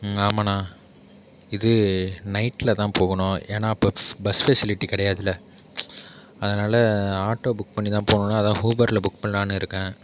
ஆமாண்ணா இது நைட்டில் தான் போகணும் ஏன்னா அப்போ பஸ் ஃபெசிலிட்டி கிடையாதுல அதனால் ஆட்டோ புக் பண்ணிதான் போகணும் அதான் ஊபரில் புக் பண்ணலான்னு இருக்கேன்